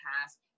past